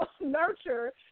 nurture